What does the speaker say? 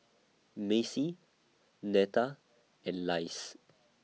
Macie Netta and Lise